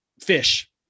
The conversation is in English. fish